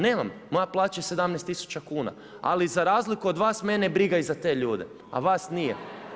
Nemam, moja plaća je 17 tisuća kuna, ali za razliku od vas mene je briga i za te ljude a vas nije.